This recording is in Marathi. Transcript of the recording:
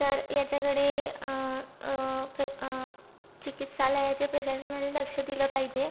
तर याच्याकडे फ्रे चिकित्सालयाचे प्रशासनाने लक्ष दिलं पायजे